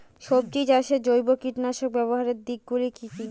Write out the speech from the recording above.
সবজি চাষে জৈব কীটনাশক ব্যাবহারের দিক গুলি কি কী?